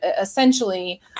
essentially